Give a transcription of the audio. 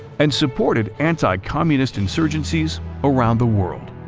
and supported anti-communist insurgencies around the world.